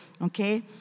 Okay